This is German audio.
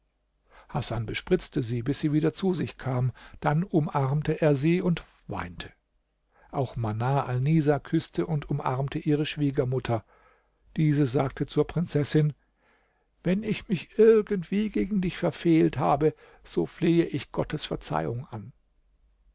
hasan bespritzte sie bis sie wieder zu sich kam dann umarmte er sie und weinte auch manar alnisa küßte und umarmte ihre schwiegermutter diese sagte zur prinzessin wenn ich mich irgendwie gegen dich verfehlt habe so flehe ich gottes verzeihung an